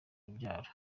urubyaro